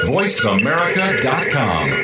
VoiceAmerica.com